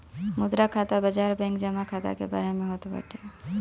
मुद्रा खाता बाजार बैंक जमा खाता के बारे में होत बाटे